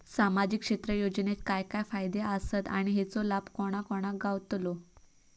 सामजिक क्षेत्र योजनेत काय काय फायदे आसत आणि हेचो लाभ कोणा कोणाक गावतलो?